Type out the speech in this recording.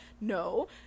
No